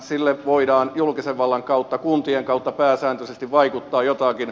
siihen voidaan julkisen vallan kautta kuntien kautta pääsääntöisesti vaikuttaa jotenkin